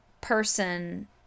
person